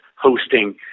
hosting